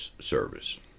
service